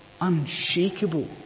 unshakable